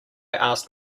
asked